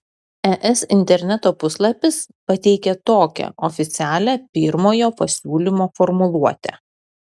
es interneto puslapis pateikia tokią oficialią pirmojo pasiūlymo formuluotę